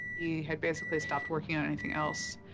he had basically stopped working on anything else.